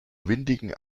windigen